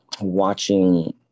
watching